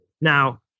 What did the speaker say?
Now